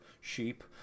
sheep